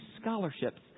scholarships